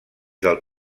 del